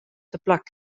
teplak